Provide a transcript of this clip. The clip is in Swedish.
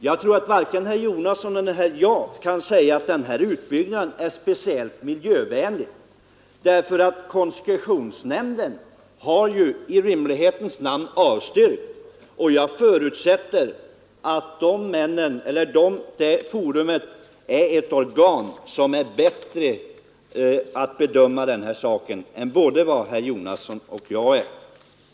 Jag tror att varken herr Jonasson eller jag kan säga att den här utbyggnaden är speciellt miljövänlig, därför att koncessionsnämnden har ju i rimlighetens namn avstyrkt utbyggnad, och jag förutsätter att koncessionsnämnden är ett organ som kan bedöma den här saken bättre än både herr Jonasson och jag.